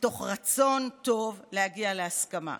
מתוך רצון טוב להגיע להסכמה.